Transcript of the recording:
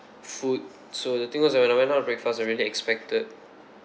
food so the thing was when I went out for breakfast I really expected